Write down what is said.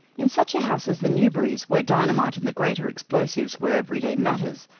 in such a house as the newberry's, where dynamite and the greater explosives were everyday matters,